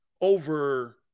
over